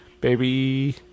baby